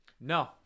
no